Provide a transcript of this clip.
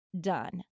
done